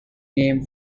name